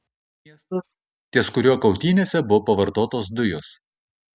miestas ties kuriuo kautynėse buvo pavartotos dujos